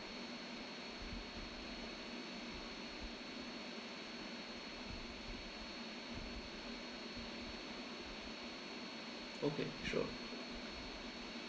okay sure